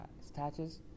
statues